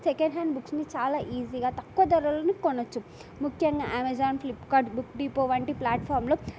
second hand బుక్స్ని చాలా ఈజీగా తక్కువ ధరలకు కొనచ్చు ముఖ్యంగా అమెజాన్ ఫ్లిప్కార్ట్ బుక్ డీపో వంటి ప్లాట్ఫామ్లో